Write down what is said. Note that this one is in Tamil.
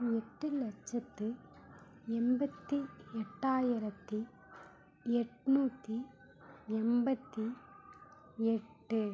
எட்டு லட்சத்து எண்பத்தி எட்டாயிரத்தி எண்நூத்தி எண்பத்தி எட்டு